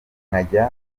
nkajya